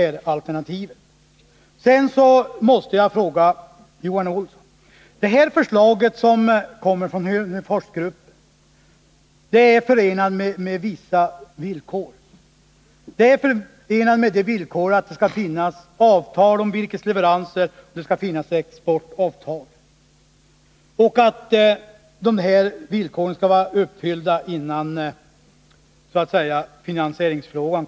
Vidare: Detta förslag, som kommer från Hörneforsgruppen, är förenat med vissa villkor. Det skall finnas avtal om virkesleveranser, och det skall finnas exportavtal. Dessa villkor skall vara uppfyllda innan man går till finansieringsfrågan.